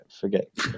forget